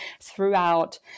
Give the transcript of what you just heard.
throughout